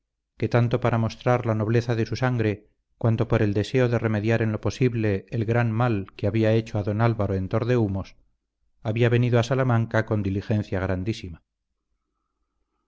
que tanto por mostrar la nobleza de su sangre cuanto por el deseo de remediar en lo posible el gran mal que había hecho a don álvaro en tordehumos había venido a salamanca con diligencia grandísima